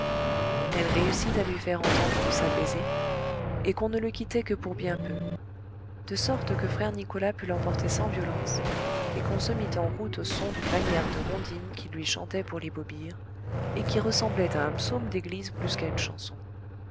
elle réussit à lui faire entendre de s'apaiser et qu'on ne le quittait que pour bien peu de sorte que frère nicolas put l'emporter sans violence et qu'on se mit en route au son d'une manière de rondine qu'il lui chantait pour l'ébaubir et qui ressemblait à un psaume d'église plus qu'à une chanson